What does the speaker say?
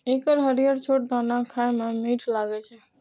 एकर हरियर छोट दाना खाए मे मीठ लागै छै